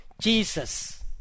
Jesus